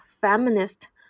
feminist